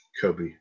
Kobe